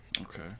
Okay